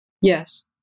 Yes